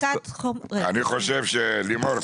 סליחה, לימור,